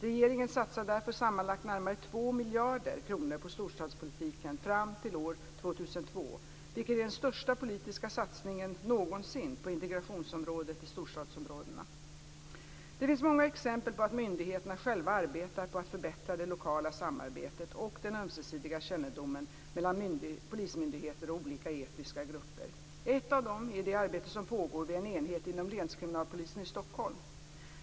Regeringen satsar därför sammanlagt närmare 2 miljarder kronor på storstadspolitiken fram till år 2002, vilket är den största politiska satsningen någonsin på integrationsområdet i storstadsområdena. Det finns många exempel på att myndigheterna själva arbetar på att förbättra det lokala samarbetet och den ömsesidiga kännedomen mellan polismyndigheter och olika etniska grupper. Ett av dem är det arbete som pågår vid en enhet inom Länskriminalpolisen i Stockholm.